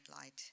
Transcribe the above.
light